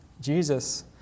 Jesus